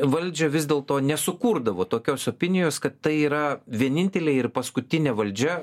valdžią vis dėl to nesukurdavo tokios opinijos kad tai yra vienintelė ir paskutinė valdžia